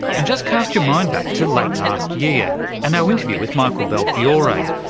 and just cast your mind back to late last year and our interview with michael belfiore,